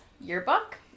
yearbook